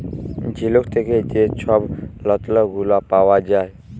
ঝিলুক থ্যাকে যে ছব রত্ল গুলা পাউয়া যায়